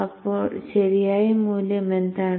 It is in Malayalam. അപ്പോൾ ശരിയായ മൂല്യം എന്താണ്